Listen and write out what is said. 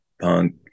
punk